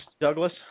Douglas